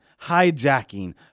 hijacking